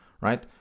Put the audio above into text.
right